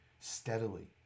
steadily